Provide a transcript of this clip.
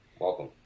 welcome